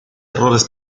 errores